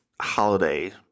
holiday